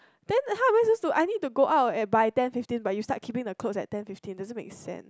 then how I suppose to I need to go out at by ten fifteen but you starts keeping the cloths ten fifteen doesn't make sense